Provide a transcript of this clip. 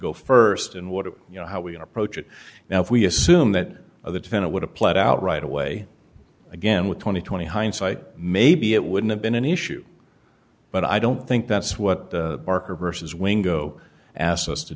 go first and what do you know how we approach it now if we assume that of the ten it would have played out right away again with twenty twenty hindsight maybe it wouldn't have been an issue but i don't think that's what barker versus wing go ask us to